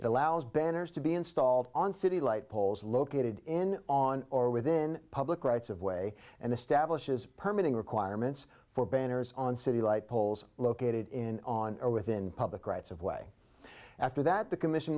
it allows banners to be installed on city light poles located in on or within public rights of way and establishes permanent requirements for banners on city light poles located in on or within public rights of way after that the commission